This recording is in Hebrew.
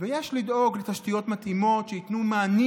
ויש לדאוג לתשתיות מתאימות שייתנו מענים